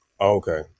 Okay